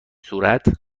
صورت